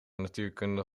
natuurkunde